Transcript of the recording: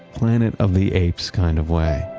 planet of the apes kind of way.